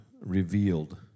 revealed